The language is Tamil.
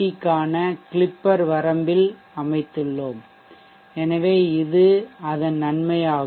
க்கான கிளிப்பர் வரம்பில் அமைத்துள்ளோம் எனவே இது அதன் நன்மை ஆகும்